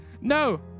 no